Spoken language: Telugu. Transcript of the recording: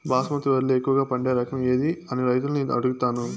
బాస్మతి వరిలో ఎక్కువగా పండే రకం ఏది అని రైతులను అడుగుతాను?